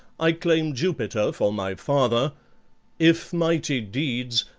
i claim jupiter for my father if mighty deeds,